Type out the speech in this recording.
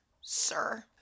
sir